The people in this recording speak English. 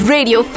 Radio